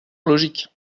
logique